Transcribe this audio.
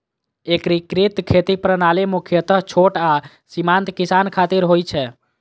एकीकृत खेती प्रणाली मुख्यतः छोट आ सीमांत किसान खातिर होइ छै